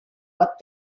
what